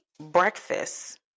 breakfast